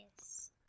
Yes